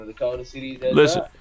Listen